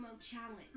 Challenge